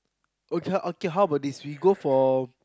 okay okay how about this we go for